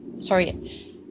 Sorry